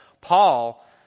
paul